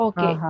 Okay